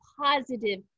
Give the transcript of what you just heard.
positive